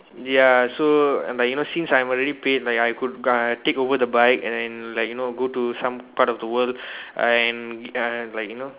ya so like you know since I'm already paid like I could uh take over the bike and then like you go to some part of the world and uh like you know